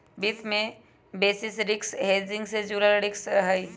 वित्त में basis risk hedging से जुड़ल रिस्क हहई